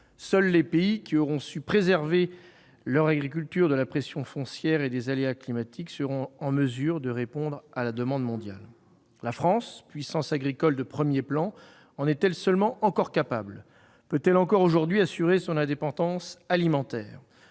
Seuls les pays qui auront su préserver leur agriculture de la pression foncière et des aléas climatiques seront en mesure de répondre à la demande mondiale. La France, puissance agricole de premier plan, en est-elle seulement encore capable ? Peut-elle encore aujourd'hui assurer son indépendance alimentaire ?